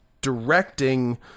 directing